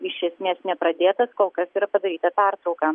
iš esmės nepradėtas kol kas yra padaryta pertrauka